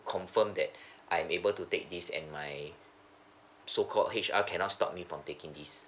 confirm that I'm able to take this and my so called H_R cannot stop me from taking this